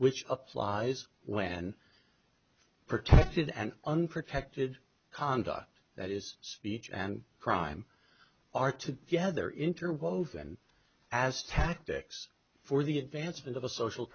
which applies when protected and unprotected conduct that is speech and crime are together interwoven as tactics for the advancement of a social